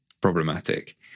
problematic